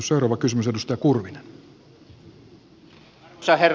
arvoisa herra puhemies